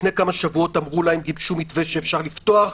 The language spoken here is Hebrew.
לפני כמה שבועות אמרו להם שגיבשו מתווה שאפשר לפתוח,